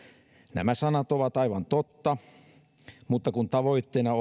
nämä sanat ovat aivan totta mutta kun tavoitteena